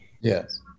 yes